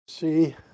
See